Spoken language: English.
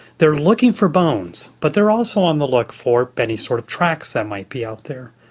they're looking for bones, but they're also on the look for any sort of tracks that might be out there.